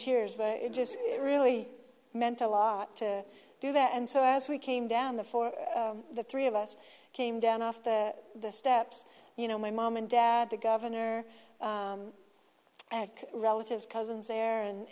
tears but it just really meant a lot to do that and so as we came down the the three of us came down off the steps you know my mom and dad the governor and relatives cousins there and